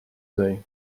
today